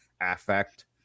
affect